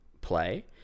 play